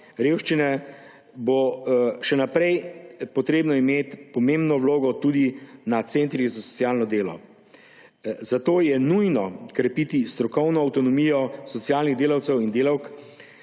revščine bo še naprej treba imeti pomembno vlogo tudi na centrih za socialno delo. Zato je nujno krepiti strokovno avtonomijo socialnih delavcev in delavk